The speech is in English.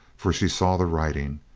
for she saw the writing,